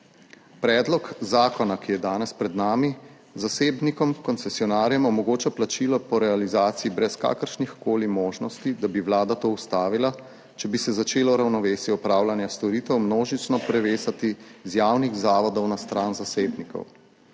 Predlog zakona, ki je danes pred nami, zasebnikom koncesionarjem omogoča plačilo po realizaciji, brez kakršnihkoli možnosti, da bi Vlada to ustavila, če bi se začelo ravnovesje opravljanja storitev množično prevezati z javnih zavodov na stran zasebnikov.